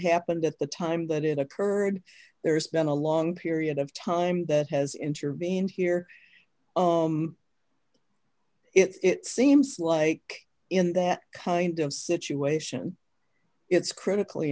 happened at the time that it occurred there's been a long period of time that has intervened here it seems like in that kind of situation it's critically